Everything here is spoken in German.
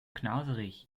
knauserig